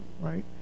right